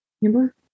Remember